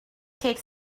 takes